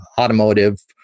automotive